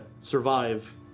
survive